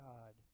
God